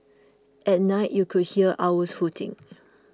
at night you could hear owls hooting